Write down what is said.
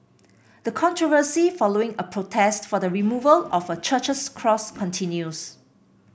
the controversy following a protest for the removal of a church's cross continues